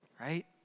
right